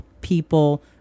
people